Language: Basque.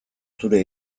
zure